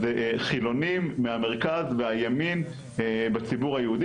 אז חילונים מהמרכז והימין בציבור היהודי,